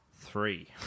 three